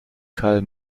karl